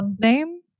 name